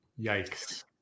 yikes